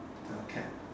uh cap